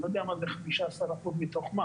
אני מזכיר שהכיתות הירוקות הן רק ביסודי,